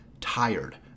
tired